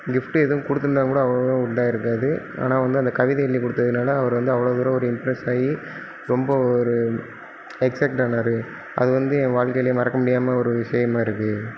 gift எதுவும் கொடுத்துருந்தா கூட அவ்வளோவா இதாக இருக்காது ஆனால் வந்து அந்த கவிதை எழுதி கொடுத்ததுனால அவர் வந்து அவ்வளோ தூரம் ஒரு இம்ப்ரஸ் ஆகி ரொம்ப ஒரு எக்ஸைட் ஆனாரு அது வந்து என் வாழ்க்கையில் மறக்க முடியாத ஒரு விஷயமாக இருக்குது